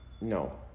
No